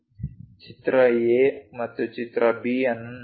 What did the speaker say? ಚಿತ್ರ A ಮತ್ತು ಚಿತ್ರ B ಅನ್ನು ನೋಡೋಣ